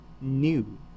new